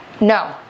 No